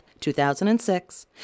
2006